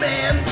Man